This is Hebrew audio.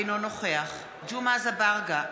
אינו נוכח ג'מעה אזברגה,